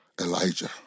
Elijah